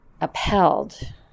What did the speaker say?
upheld